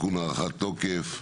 תיקון הארכת תוקף,